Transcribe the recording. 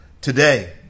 today